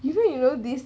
you know you know this